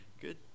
Good